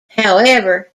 however